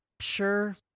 sure